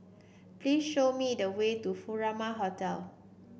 please show me the way to Furama Hotel